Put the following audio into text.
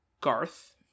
Garth